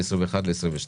מ-21' ל-22'.